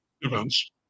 events